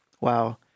wow